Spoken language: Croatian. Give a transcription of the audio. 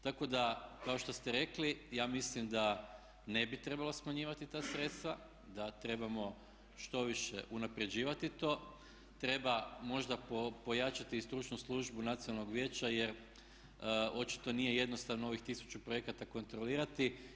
Tako da kao što ste rekli, ja mislim da ne bi trebalo smanjivati ta sredstva, da trebamo što više unapređivati to, treba možda pojačati stručnu službu nacionalnog vijeća jer očito nije jednostavno ovih 1000 projekata kontrolirati.